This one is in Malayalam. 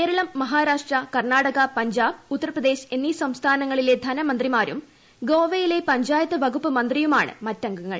കേരളം മഹ്യാരാഷ്ട്രകർണാടക പഞ്ചാബ് ഉത്തർപ്ര ദേശ് എന്നീ സംസ്ഥാനങ്ങളീലെ ധനമന്ത്രിമാരും ഗോവയിലെ പഞ്ചാ യത്ത് വകുപ്പ് മന്ത്രിയുമാണ് മറ്റ് അംഗങ്ങൾ